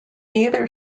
either